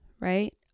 right